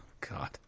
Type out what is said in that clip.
God